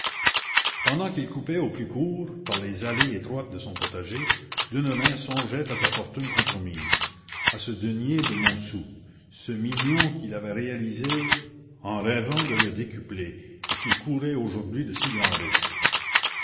pendant qu'il coupait au plus court par les allées étroites de son potager deneulin songeait à sa fortune compromise à ce denier de montsou ce million qu'il avait réalisé en rêvant de le décupler et qui courait aujourd'hui de si grands risques